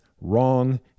wrong